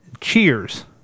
Cheers